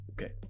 okay